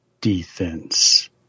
defense